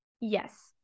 Yes